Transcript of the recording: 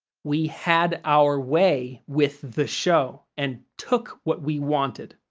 we had our way with the show and took what we wanted.